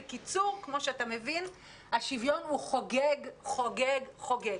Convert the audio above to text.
בקיצור, השוויון חוגג, חוגג חוגג.